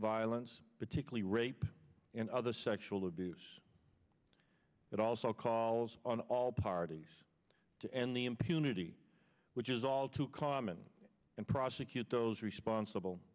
violence particularly rape and other sexual abuse it also calls on all parties to end the impunity which is all too common and prosecute those responsible